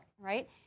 right